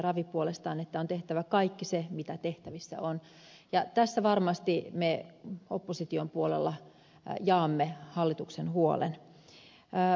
ravi puolestaan että on tehtävä kaikki se mitä tehtävissä on ja tässä varmasti me opposition puolella jaamme hallituksen huolen